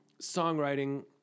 songwriting